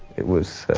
it was,